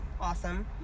awesome